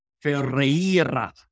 Ferreira